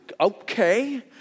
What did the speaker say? Okay